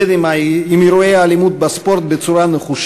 מה שאירע אמש הוא סימפטום נוסף של ההידרדרות ביכולת שלנו לתקשר,